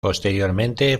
posteriormente